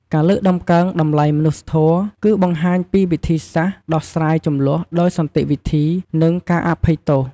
ការលើកតម្កើងតម្លៃមនុស្សធម៌ គឺបង្ហាញពីវិធីសាស្ត្រដោះស្រាយជម្លោះដោយសន្តិវិធី និងការអភ័យទោស។